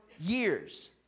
years